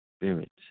spirit